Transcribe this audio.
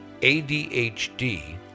adhd